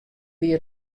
wie